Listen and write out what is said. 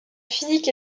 physique